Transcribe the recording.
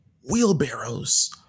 wheelbarrows